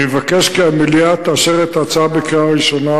אני מבקש כי המליאה תאשר את ההצעה בקריאה ראשונה